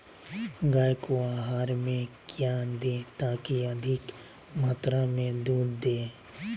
गाय को आहार में क्या दे ताकि अधिक मात्रा मे दूध दे?